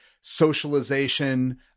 socialization